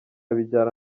bijyana